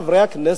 חברי הכנסת,